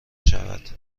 شود